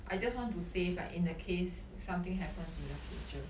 I just want to save like in the case something happens in the future